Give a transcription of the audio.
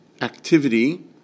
activity